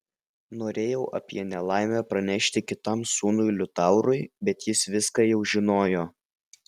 norėjau apie nelaimę pranešti kitam sūnui liutaurui bet jis viską jau žinojo